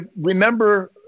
remember